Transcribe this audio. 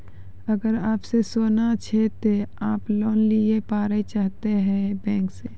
अगर आप के सोना छै ते आप लोन लिए पारे चाहते हैं बैंक से?